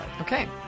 Okay